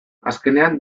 azkenean